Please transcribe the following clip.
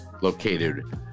located